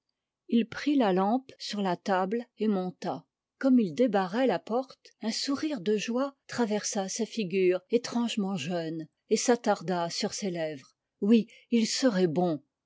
il prit la lampe sur la table et monta comme il débarrait la porte un sourire de joie traversa sa figure étrangement jeune et s'attarda sur ses lèvres oui il serait bon